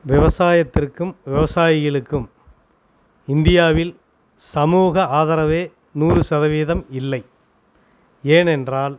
விவசாயத்திற்கும் விவசாயிகளுக்கும் இந்தியாவில் சமூக ஆதரவே நூறு சதவீதம் இல்லை ஏன் என்றால்